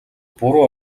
буруу